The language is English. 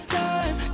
time